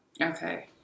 Okay